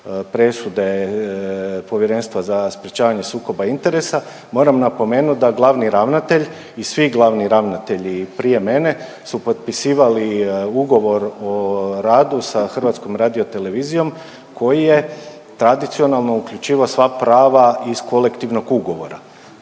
presude Povjerenstva za sprječavanje sukoba interesa, moram napomenut da glavni ravnatelj i svi glavni ravnatelji prije mene su potpisivali ugovor o radu sa HRT-om koji je tradicionalno uključivao sva prava iz Kolektivnog ugovora.